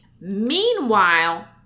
Meanwhile